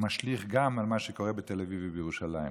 משליך גם על מה שקורה בתל אביב ובירושלים,